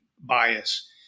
bias